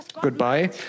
Goodbye